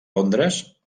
londres